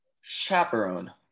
Chaperone